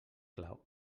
clau